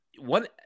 one